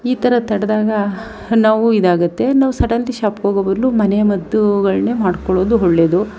ಈ ಥರ ತಡೆದಾಗ ನಾವು ಇದಾಗುತ್ತೆ ನಾವು ಸಡನ್ಲಿ ಶಾಪಿಗೆ ಹೋಗೋ ಬದಲು ಮನೆಮದ್ದುಗಳನ್ನೇ ಮಾಡ್ಕೊಳ್ಳೋದು ಒಳ್ಳೆಯದು